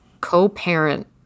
co-parent